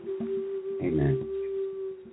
amen